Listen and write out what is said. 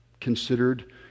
considered